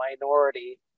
minority